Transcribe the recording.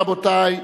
רבותי,